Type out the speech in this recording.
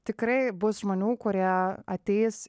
tikrai bus žmonių kurie ateis